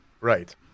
Right